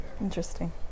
Interesting